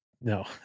no